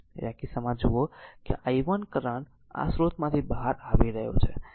તેથી આ કિસ્સામાં જુઓ કે આ I 1 કરંટ આ સ્ત્રોતમાંથી બહાર આવી રહ્યો છે